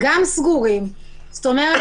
תנו לנו את כל הנהלים - תו סגול,